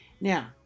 Now